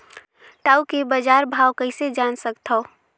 टाऊ के बजार भाव कइसे जान सकथव?